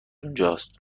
اونجاست